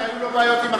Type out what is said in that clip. אז היו לו בעיות עם,